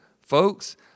folks